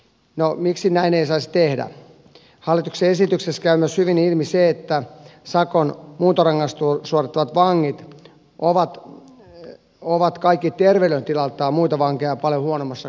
no miksi näin ei saisi tehdä hallituksen esityksestä myös yli niin se että sakon muuntorangaistun suhdetta vangita kumota lee ovat kaikki terveydentilaltaan muita vankeja paljon huonommassa